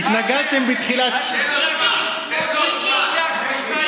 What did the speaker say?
תודה רבה לך, חבר הכנסת אלעזר שטרן.